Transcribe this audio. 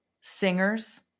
singers